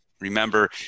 Remember